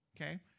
Okay